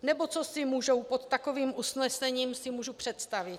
Nebo co si můžu pod takovým usnesením představit?